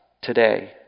today